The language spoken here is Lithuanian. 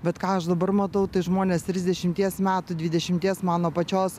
bet ką aš dabar matau tai žmonės trisdešimties metų dvidešimties mano pačios